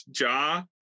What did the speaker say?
ja